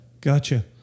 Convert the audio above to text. gotcha